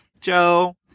Joe